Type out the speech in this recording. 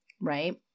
right